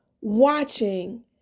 watching